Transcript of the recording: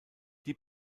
die